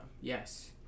Yes